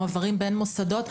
מועברים בין מוסדות,